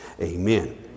amen